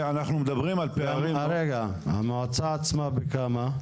רגע, המועצה עצמה בכמה?